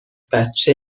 بچه